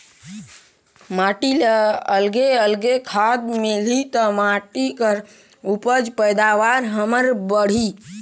माटी ल अलगे अलगे खाद मिलही त माटी कर उपज पैदावार हमर बड़ही